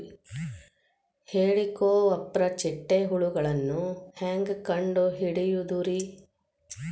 ಹೇಳಿಕೋವಪ್ರ ಚಿಟ್ಟೆ ಹುಳುಗಳನ್ನು ಹೆಂಗ್ ಕಂಡು ಹಿಡಿಯುದುರಿ?